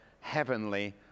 heavenly